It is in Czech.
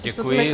Děkuji.